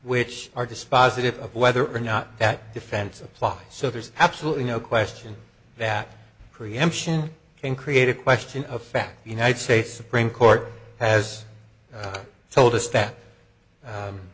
which are dispositive of whether or not that defense applies so there's absolutely no question that preemption can create a question of fact the united states supreme court has told us that